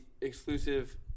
exclusive